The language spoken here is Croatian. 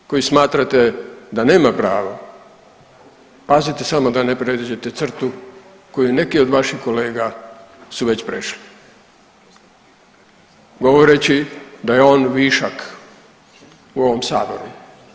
Vi koji smatrate da nema pravo, pazite samo da ne pređete crtu koju neki od vaših kolega su već prešli govoreći da je on višak u ovom Saboru.